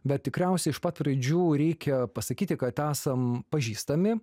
bet tikriausiai iš pat pradžių reikia pasakyti kad esam pažįstami